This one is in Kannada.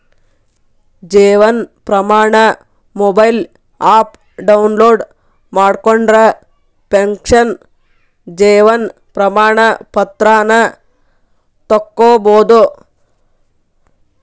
Jeevan Pramaan mobile app download ಮಾಡ್ಕೊಂಡ್ರ ಪೆನ್ಷನ್ ಜೇವನ್ ಪ್ರಮಾಣ ಪತ್ರಾನ ತೊಕ್ಕೊಬೋದು